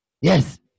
Yes